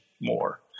more